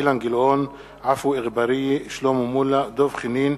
אילן גילאון, עפו אגבאריה, שלמה מולה, דב חנין,